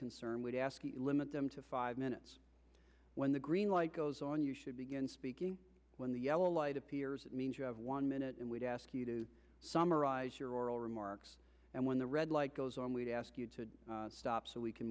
concerned would ask you limit them to five minutes when the green light goes on you should begin speaking when the yellow light appears means you have one minute and we'd ask you to summarize your oral remarks and when the red light goes on we ask you to stop so we can